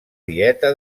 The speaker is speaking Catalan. dieta